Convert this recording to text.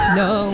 no